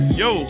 yo